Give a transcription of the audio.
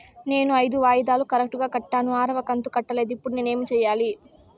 నేను ఐదు వాయిదాలు కరెక్టు గా కట్టాను, ఆరవ కంతు కట్టలేదు, ఇప్పుడు నేను ఏమి సెయ్యాలి?